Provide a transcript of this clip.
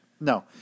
No